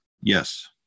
Yes